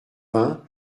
vingts